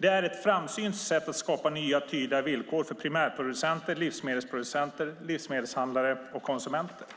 Det är ett framsynt sätt att skapa nya tydliga villkor för primärproducenter, livsmedelsproducenter, livsmedelshandlare och konsumenter.